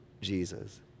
Jesus